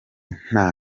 nta